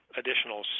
additional